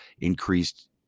increased